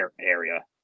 area